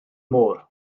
môr